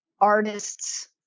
artists